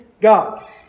God